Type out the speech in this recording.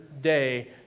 day